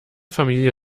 familie